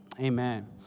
Amen